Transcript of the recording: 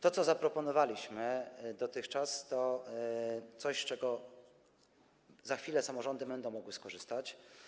To, co zaproponowaliśmy dotychczas, to coś, z czego za chwilę samorządy będą mogły skorzystać.